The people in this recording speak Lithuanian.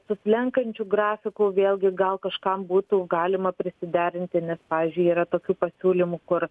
su slenkančiu grafiku vėlgi gal kažkam būtų galima prisiderinti nes pavyzdžiui yra tokių pasiūlymų kur